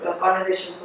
conversation